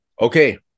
Okay